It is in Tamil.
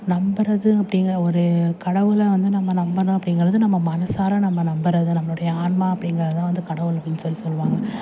நம்புறது அப்டிங்கிற ஒரு கடவுளை வந்து நம்ம நம்பணும் அப்டிங்கிறது நம்ம மனசார நம்ம நம்புவது நம்மளுடைய ஆன்மா அப்டிங்கிறது தான் வந்து கடவுள் அப்படின்னு சொல்லி சொல்வாங்க